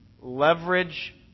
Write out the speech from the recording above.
leverage